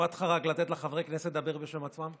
אכפת לך רק לתת לחברי הכנסת לדבר בשם עצמם?